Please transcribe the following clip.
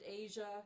Asia